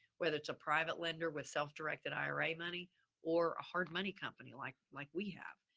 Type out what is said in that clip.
whether it's a private lender with self directed ira money or hard money company like like we have,